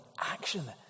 action